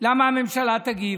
למה שהממשלה תגיב?